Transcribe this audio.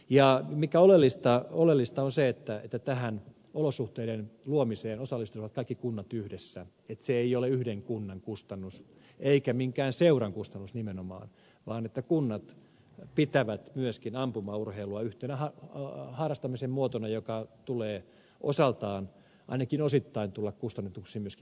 ja oleellista on se että tähän olosuhteiden luomiseen osallistuivat kaikki kunnat yhdessä niin että se ei ole yhden kunnan kustannus eikä minkään seuran kustannus nimenomaan vaan kunnat pitävät myöskin ampumaurheilua yhtenä harrastamisen muotona joka tulee osaltaan ainakin osittain kustannetuksi myöskin verorahoista